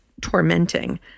tormenting